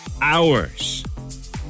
hours